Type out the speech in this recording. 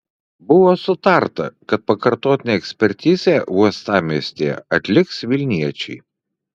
buvo sutarta kad pakartotinę ekspertizę uostamiestyje atliks vilniečiai